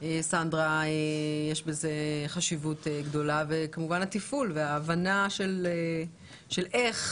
יש בזה חשיבות גדולה וכמובן התפעול וההבנה של איך,